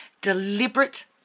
deliberate